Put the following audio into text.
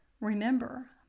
remember